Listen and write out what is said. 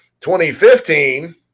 2015